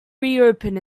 reopen